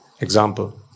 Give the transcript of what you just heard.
example